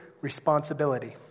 responsibility